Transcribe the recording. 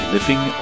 Living